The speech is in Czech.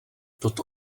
toto